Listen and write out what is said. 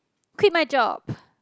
quit my job